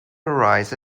arise